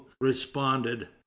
responded